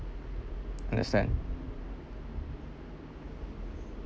understand